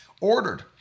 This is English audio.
Ordered